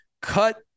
cut